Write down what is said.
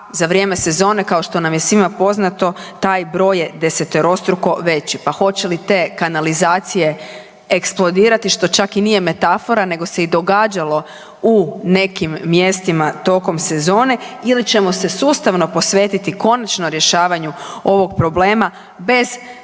za vrijeme sezone, kao što nam je svima poznato, taj broj je deseterostruko veći, pa hoće li te kanalizacije eksplodirati, što čak i nije metafora nego se i događalo u nekim mjestima tokom sezone ili ćemo se sustavno posvetiti konačno rješavanju ovog problema bez isključivog